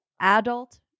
adult